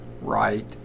Right